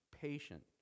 patient